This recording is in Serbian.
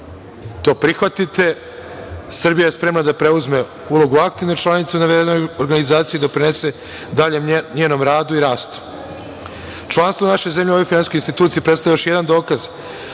to prihvatite, Srbija je spremna da preuzme ulogu aktivne članice u navedenoj organizaciji i doprinese daljem njenom radu i rastu. Članstvo naše zemlje u ovoj finansijskoj instituciji predstavlja još jedan dokaz